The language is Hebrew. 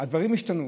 הדברים השתנו.